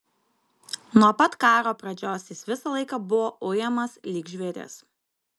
nuo pat karo pradžios jis visą laiką buvo ujamas lyg žvėris